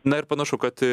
na ir panašu kad